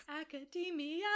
Academia